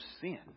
sin